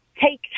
take